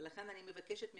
לכן אני מבקשת ממך,